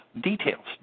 details